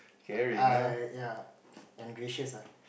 I ya and gracious ah